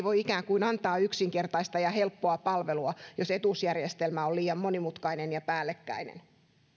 voi antaa yksinkertaista ja helppoa palvelua jos etuusjärjestelmä on liian monimutkainen ja päällekkäinen